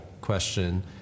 question